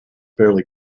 fairly